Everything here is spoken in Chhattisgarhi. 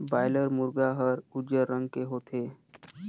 बॉयलर मुरगा हर उजर रंग के होथे